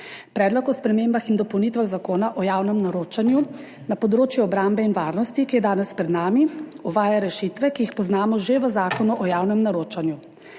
Predlog o spremembah in dopolnitvah Zakona o javnem naročanju na področju obrambe in varnosti, ki je danes pred nami, uvaja rešitve, ki jih poznamo že v Zakonu o javnem naročanju.